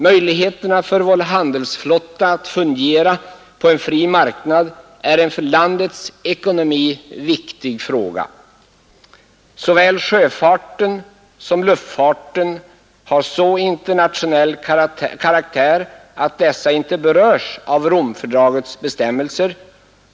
Möjligheterna för vår handelsflotta att fungera på en fri marknad är en för landets ekonomi viktig fråga. Såväl sjöfarten som luftfarten har så internationell karaktär att dessa inte berörs av Romfördragets bestämmelser.